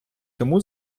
тому